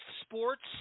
sports